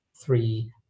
Three